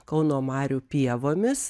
kauno marių pievomis